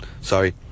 Sorry